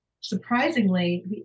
surprisingly